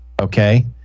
Okay